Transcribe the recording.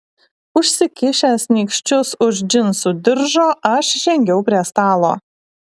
užsikišęs nykščius už džinsų diržo aš žengiau prie stalo